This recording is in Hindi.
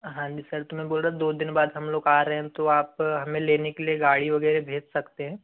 हाँ जी सर तो मैं बोल रहा दो दिन बाद हम लोग आ रहे हैं तो आप हमें लेने के लिए गाड़ी वगैरह भेज सकते हैं